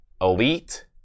Elite